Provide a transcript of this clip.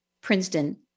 Princeton